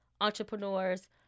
entrepreneurs